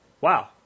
wow